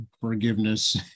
forgiveness